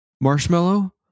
marshmallow